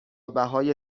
بهای